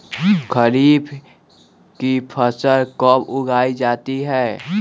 खरीफ की फसल कब उगाई जाती है?